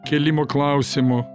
kėlimo klausimų